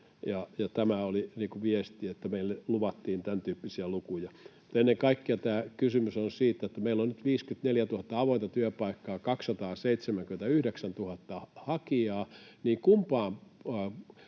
niin kuin viesti, että meille luvattiin tämäntyyppisiä lukuja. Mutta ennen kaikkea tämä kysymys on siitä, että meillä on nyt 54 000 avointa työpaikkaa, 279 000 hakijaa, niin kumpaan